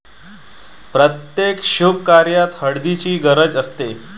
प्रत्येक शुभकार्यात हळदीची गरज असते